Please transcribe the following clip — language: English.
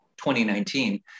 2019